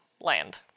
land